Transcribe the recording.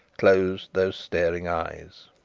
closed those staring eyes.